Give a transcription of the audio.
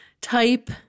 type